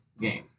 game